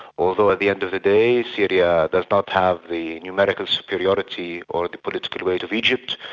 although at the end of the day syria does not have the numerical superiority or the political weight of egypt,